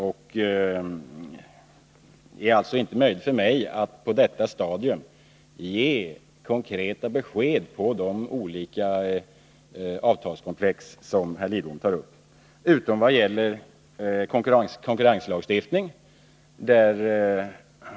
Det är alltså inte möjligt för mig att på detta stadium ge konkreta besked om de olika avtalskomplex som herr Lidbom tar upp, utom vad gäller konkurrenslagstiftningen.